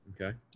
Okay